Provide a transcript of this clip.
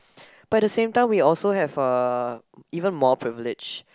but at the same time we also have a even more privileged